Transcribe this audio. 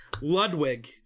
ludwig